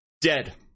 dead